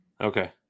Okay